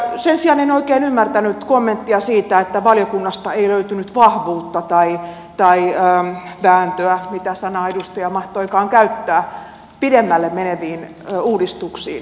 sen sijaan en oikein ymmärtänyt kommenttia siitä että valiokunnasta ei löytynyt vahvuutta tai vääntöä mitä sanaa edustaja mahtoikaan käyttää pidemmälle meneviin uudistuksiin